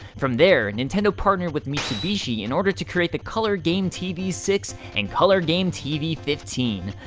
from there nintendo partnered with mitsubishi in order to create the color game tv six, and color game tv fifteen!